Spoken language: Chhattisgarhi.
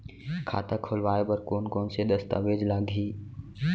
खाता खोलवाय बर कोन कोन से दस्तावेज लागही?